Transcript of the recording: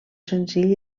senzill